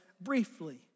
briefly